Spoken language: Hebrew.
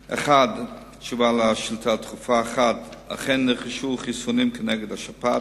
תשובה על השאילתא הדחופה: 1. אכן נרכשו חיסונים נגד השפעת.